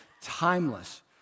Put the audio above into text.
timeless